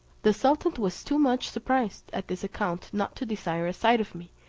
the sultan was too much surprised at this account not to desire a sight of me,